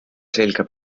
selga